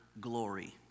glory